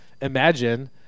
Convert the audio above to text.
imagine